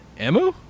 Emu